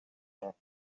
enough